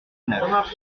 neuf